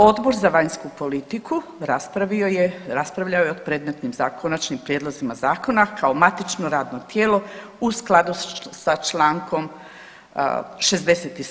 Odbor za vanjsku politiku raspravio je, raspravljao je o predmetnim konačnim prijedlozima zakona kao matično radno tijelo u skladu sa čl. 67.